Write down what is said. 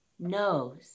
nose